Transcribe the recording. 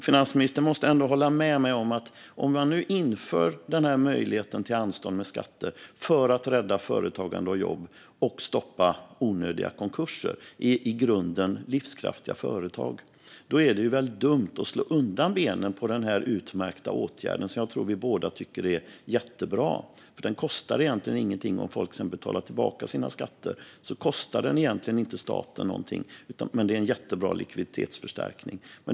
Finansministern måste ändå hålla med mig om att det om man nu inför en möjlighet till anstånd med skatter för att rädda företagande och jobb och stoppa onödiga konkurser i företag som i grunden är livskraftiga väl är dumt att slå undan benen på denna utmärkta åtgärd, som jag tror att vi båda tycker är jättebra. Om folk sedan betalar tillbaka sina skatter kostar den egentligen inte staten någonting, men det är en jättebra likviditetsförstärkning.